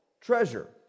treasure